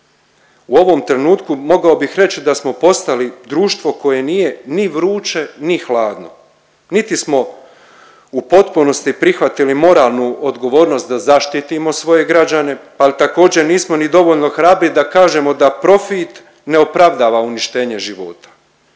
U ovom trenutku mogao bih reći da smo postali društvo koje nije ni vruće ni hladno. Niti smo u potpunosti prihvatili moralnu odgovornost da zaštitimo svoje građane, ali također nismo ni dovoljno hrabri da kažemo da profit ne opravdava uništenje života.